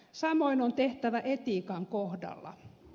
samoin on tehtävä etiikan kohdalla